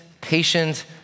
patient